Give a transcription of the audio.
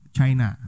China